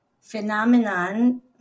phenomenon